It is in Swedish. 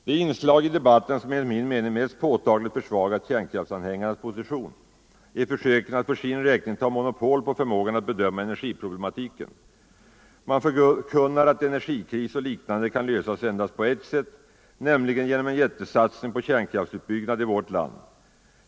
Det inslag i debatten som enligt min mening mest påtagligt försvagat kärnkraftsanhängarnas position är försöken att för sin räkning ta monopol på förmågan att bedöma energiproblematiken. Man förkunnar att energikris och liknande kan lösas endast på ett sätt, nämligen genom en jättesatsning på kärnkraftsutbyggnad i vårt land.